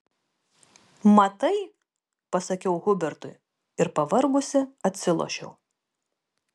matai pasakiau hubertui ir pavargusi atsilošiau